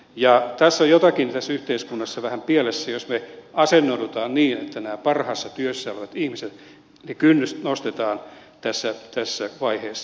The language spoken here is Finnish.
ja tässä yhteiskunnassa on jotakin vähän pielessä jos me asennoidumme niin että näiden parhaassa työiässä olevien ihmisten kohdalla kynnystä nostetaan tässä vaiheessa